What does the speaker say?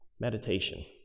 Meditation